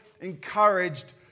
encouraged